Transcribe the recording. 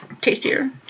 tastier